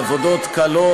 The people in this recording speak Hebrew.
בעבודות קלות,